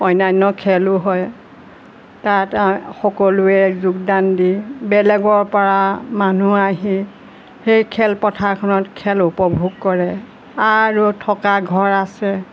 অন্য়ান্য় খেলো হয় তাত সকলোৱে যোগদান দি বেলেগৰ পৰা মানুহ আহি সেই খেলপথাৰখনত খেল উপভোগ কৰে আৰু থকা ঘৰ আছে